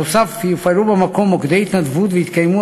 נוסף על כך יופעלו במקום מוקדי התנדבות ויתקיימו